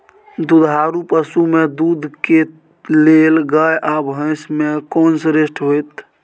दुधारू पसु में दूध के लेल गाय आ भैंस में कोन श्रेष्ठ होयत?